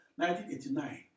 1989